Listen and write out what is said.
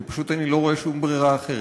כי פשוט אני לא רואה שום ברירה אחרת.